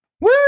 Woo